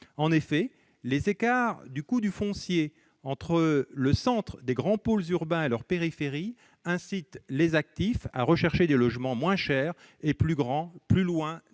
En effet, les écarts du coût du foncier, entre le centre des grands pôles urbains et leur périphérie, incitent les actifs et actives à rechercher des logements moins chers et plus grands plus loin des zones